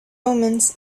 omens